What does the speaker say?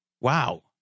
Wow